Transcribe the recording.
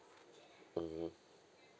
mmhmm